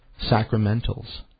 sacramentals